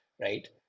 right